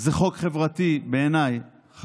זה חוק חברתי חשוב, בעיניי.